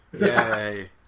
Yay